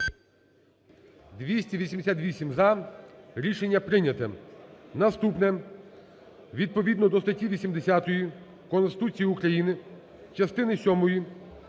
За-288 Рішення прийнято. Наступне, відповідно до статті 80 Конституції України, частини